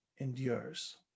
endures